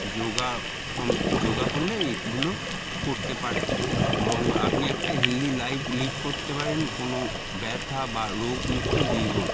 যোগা শম যোগা করলে এগুলো করতে পারেন এবং আপনি একটা হেলদি লাইফ লিড করতে পারেন কোনো ব্যথা বা রোগমুক্ত জীবন